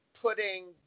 putting